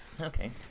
Okay